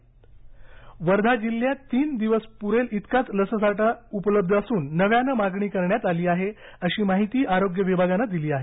लसीकरण वर्धा वर्धा जिल्ह्यात तीन दिवस पुरेल इतकाच लससाठा उपलब्ध असून नव्यानं मागणी करण्यात आली आहे अशी माहिती आरोग्य विभागानं दिली आहे